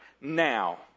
now